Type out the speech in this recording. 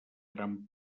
gran